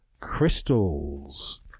crystals